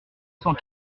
cent